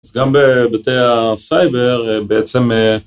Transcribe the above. אז גם בבתי הסייבר בעצם...